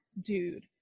dude